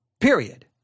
Period